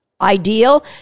ideal